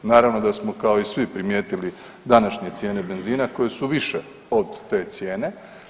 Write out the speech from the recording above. Naravno da smo kao i svi primijetili današnje cijene benzina koje su više od te cijene.